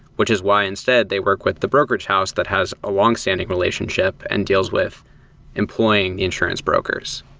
which is why, instead, they work with the brokerage house that has a long-standing relationship and deals with employing insurance brokers.